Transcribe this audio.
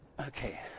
Okay